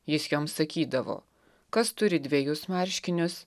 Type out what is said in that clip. jis joms sakydavo kas turi dvejus marškinius